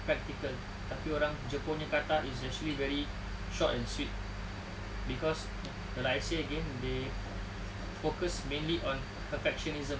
practical tapi orang jepun punya kata is actually very short and sweet cause like I say again they focus mainly on perfectionism